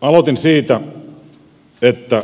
aloitin siitä että